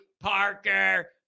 Parker